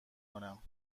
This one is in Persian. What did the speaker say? کنم